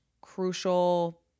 crucial